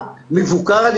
זה